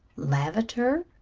lavater?